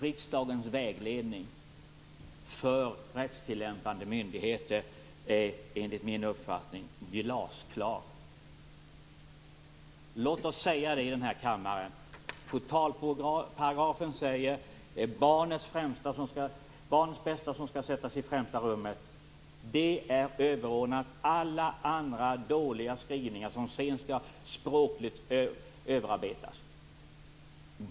Riksdagens vägledning för rättstillämpande myndigheter är, enligt min uppfattning, glasklar. Låt oss säga det i kammaren: I portalparagrafen framgår det att det är barnets bästa som skall sättas i främsta rummet. Det är överordnat alla andra dåliga skrivningar som sedan språkligt skall överarbetas.